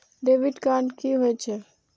Debit card कि होई छै?